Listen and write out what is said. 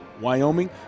Wyoming